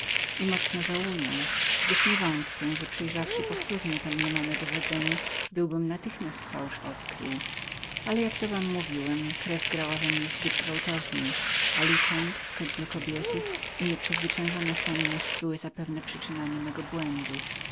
i mocno żałuję gdyż nie wątpię że przejrzawszy powtórnie to mniemane dowodzenie byłbym natychmiast fałsz odkrył ale jak to wam już mówiłem krew grała we mnie zbyt gwałtownie alikant te dwie kobiety i nieprzezwyciężona senność były zapewne przyczynami mego błędu